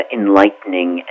enlightening